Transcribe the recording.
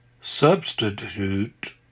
substitute